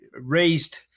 raised